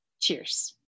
Cheers